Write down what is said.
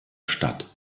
stadt